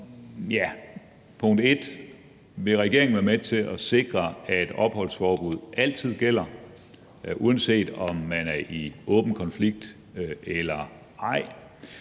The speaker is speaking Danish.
derfor: Vil regeringen være med til at sikre, at opholdsforbuddet altid gælder, uanset om man er i åben konflikt eller ej?